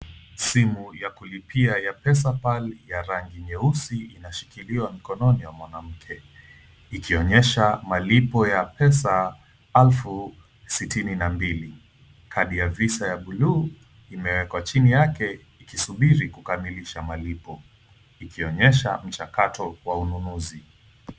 Simu ya kulipia ya pesa pal ya rangi nyeusi inashikiliwa mikononi ya mwanamke ikionyesha malipo ya pesa elfu sitini na mbili , kadi ya visa ya blu imewekwa chini yake ikisubiri kukamilisha malipo ikionyesha mchakato wa ununuzi.